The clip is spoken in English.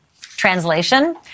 Translation